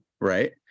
right